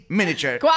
miniature